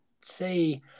say